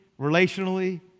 relationally